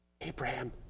Abraham